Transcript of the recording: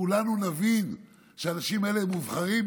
אם כולנו נבין שהאנשים האלה הם מובחרים,